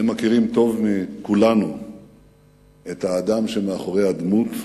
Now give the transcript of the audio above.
אתם מכירים טוב מכולנו את האדם שמאחורי הדמות,